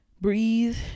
Breathe